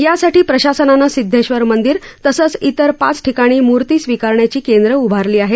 यासाठी प्रशासनानं सिध्देश्वर मंदिर तसंच इतर पाच ठिकाणी म्ती स्विकारण्याची केंद्र उभारली आहेत